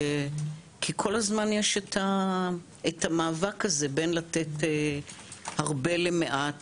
כי כל הזמן יש את המאבק הזה בין לתת הרבה למעט